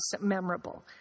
memorable